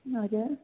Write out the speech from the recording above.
हजुर